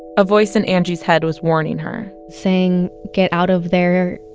a voice in angie's head was warning her saying, get out of there.